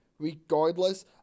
Regardless